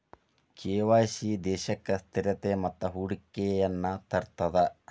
KYC ದೇಶಕ್ಕ ಸ್ಥಿರತೆ ಮತ್ತ ಹೂಡಿಕೆಯನ್ನ ತರ್ತದ